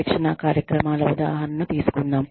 శిక్షణా కార్యక్రమాల ఉదాహరణను తీసుకుందాం